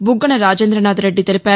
బుగ్గన రాజేందనాధ్ రెడ్డి తెలిపారు